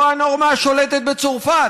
זו הנורמה השולטת בצרפת,